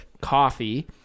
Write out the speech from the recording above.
coffee